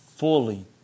Fully